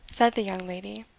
said the young lady.